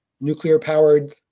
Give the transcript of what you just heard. nuclear-powered